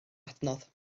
adnodd